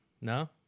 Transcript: No